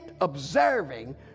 observing